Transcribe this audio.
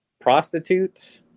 prostitutes